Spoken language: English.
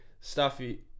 Stuffy